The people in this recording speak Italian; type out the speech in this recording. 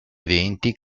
eventi